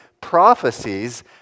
prophecies